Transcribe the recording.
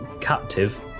captive